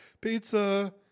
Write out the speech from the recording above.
Pizza